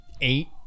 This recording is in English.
eight